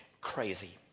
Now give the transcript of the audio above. crazy